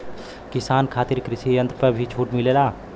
किसान खातिर कृषि यंत्र पर भी छूट मिलेला?